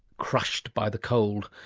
crushed by the cold.